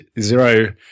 zero